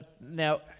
now